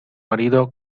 marido